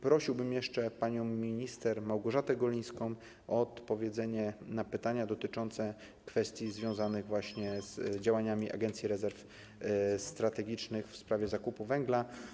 Prosiłbym jeszcze panią minister Małgorzatę Golińską o odpowiedź na pytania dotyczące kwestii związanych z działaniami Agencji Rezerw Strategicznych w sprawie zakupu węgla.